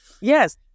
Yes